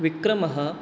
विक्रमः